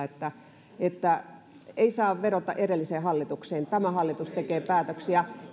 että että ei saa vedota edelliseen hallitukseen tämä hallitus tekee päätöksiä